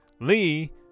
Lee